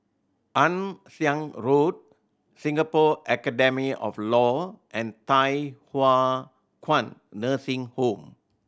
Ann Siang Road Singapore Academy of Law and Thye Hua Kwan Nursing Home